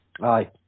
Aye